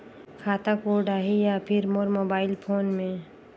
खाता कोड आही या फिर मोर मोबाइल फोन मे?